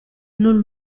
non